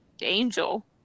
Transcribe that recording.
angel